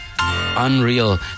Unreal